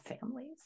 families